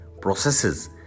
processes